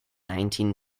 nineteen